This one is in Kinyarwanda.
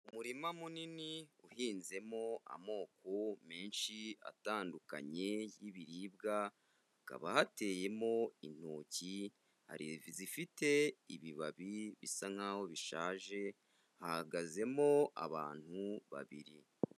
Umurima munini uhinzemo amoko menshi atandukanye y'ibiribwa, hakaba hateyemo intoki hari izifite ibibabi bisa nkaho bishaje, hagazemo abantu babiri.